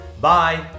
Bye